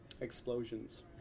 explosions